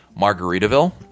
Margaritaville